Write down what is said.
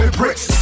bricks